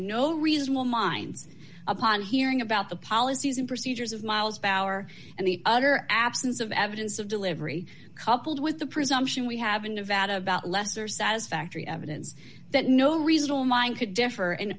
today no reasonable minds upon hearing about the policies and procedures of mph and the utter absence of evidence of delivery coupled with the presumption we have in nevada about lesser satisfactory evidence that no reasonable mind could differ and